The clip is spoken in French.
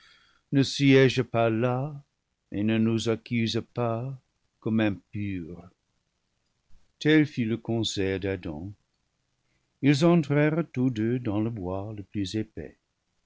ne siége pas là et ne nous accuse pas comme impurs tel fut le conseil d'adam ils entrèrent tous deux dans le bois le plus épais